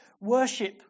worship